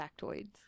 factoids